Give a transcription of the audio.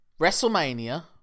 WrestleMania